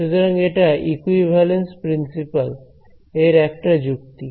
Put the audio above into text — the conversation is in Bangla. সুতরাং এটা ইকুইভ্যালেন্স প্রিন্সিপাল এর একটা যুক্তি